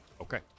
Okay